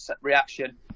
reaction